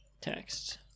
text